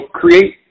create